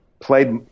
played